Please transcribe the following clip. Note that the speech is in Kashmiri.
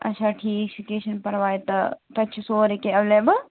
اَچھا ٹھیٖک چھُ کیٚنٛہہ چھُنہٕ پرواے تہٕ تَتہِ چھُ سورُے کیٚنٛہہ ایٚویلیبُل